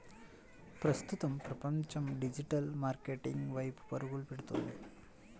ప్రస్తుతం ప్రపంచం digital marketing వైపు పరుగులు పెడుతుంది